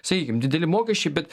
sakykim dideli mokesčiai bet